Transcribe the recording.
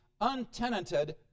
untenanted